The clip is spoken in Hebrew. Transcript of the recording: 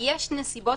יש נסיבות